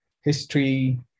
history